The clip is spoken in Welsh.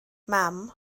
mam